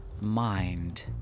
mind